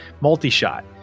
multi-shot